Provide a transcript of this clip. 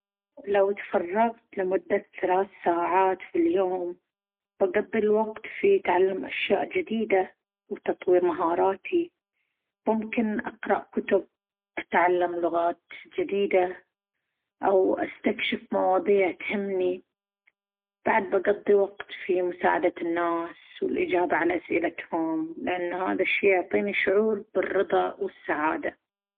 لو تفرغت لمدة ثلاث ساعات في اليوم، بقضي الوقت في تعلم أشياء جديدة وتطوير مهاراتي. ممكن أقرأ كتب، أتعلم لغات جديدة، أو أستكشف مواضيع تهمني. بعد، بقضي وقت في مساعدة الناس والإجابة على أسئلتهم، لأن هذا الشيء يعطيني شعور بالرضا والسعادة.